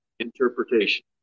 interpretation